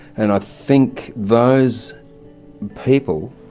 and i think those people